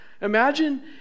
Imagine